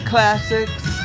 Classics